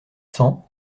cents